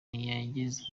yagezaga